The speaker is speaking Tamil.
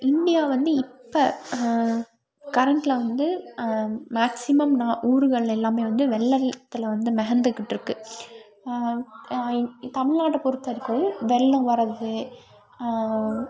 இந்தியா வந்து இப்போ கரண்ட்டில் வந்து மேக்ஸிமம் நான் ஊர்களெல்லாமே வந்து வெள்ளத்தில் வந்து மெதந்துக்கிட்டுருக்கு தமிழ்நாட்டை பொறுத்தவரைக்கும் வெள்ளம் வரது